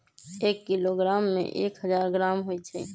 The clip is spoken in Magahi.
एक किलोग्राम में एक हजार ग्राम होई छई